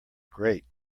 great